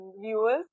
viewers